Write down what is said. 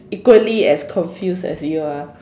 equally as confused as you are